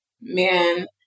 Man